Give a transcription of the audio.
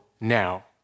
now